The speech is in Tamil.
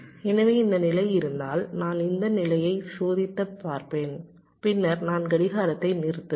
எனவே இந்த நிலை இருந்தால் நான் இந்த நிலையை சோதித்துப் பார்ப்பேன் பின்னர் நான் கடிகாரத்தை நிறுத்துவேன்